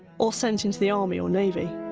or sent into the army or navy.